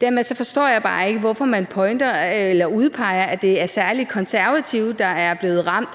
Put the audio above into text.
Derfor forstår jeg bare ikke, hvorfor man påpeger, at det særlig er Konservative, der er blevet ramt,